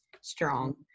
strong